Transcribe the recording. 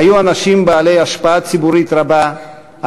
היו אנשים בעלי השפעה ציבורית רבה,